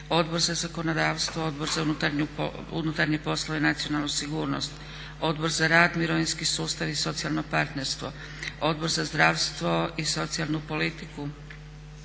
Odbor za zakonodavstvo, Odbor za unutarnje poslove i nacionalnu sigurnost, Odbor za rad, mirovinski sustav i socijalnoj partnerstvo, Odbor za zdravstvo i socijalnu politiku,